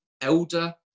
elder